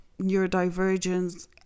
neurodivergence